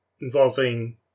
involving